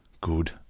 good